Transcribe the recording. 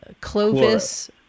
Clovis